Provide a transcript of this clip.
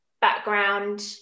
background